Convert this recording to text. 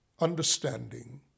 understanding